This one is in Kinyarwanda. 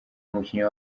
umukinnyi